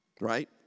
right